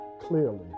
clearly